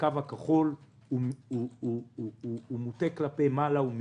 הקו הכחול מוטה כלפי מעלה, הוא מתבדר,